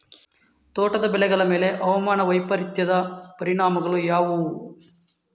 ತೋಟದ ಬೆಳೆಗಳ ಮೇಲೆ ಹವಾಮಾನ ವೈಪರೀತ್ಯದ ಪರಿಣಾಮಗಳು ಯಾವುವು?